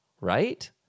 Right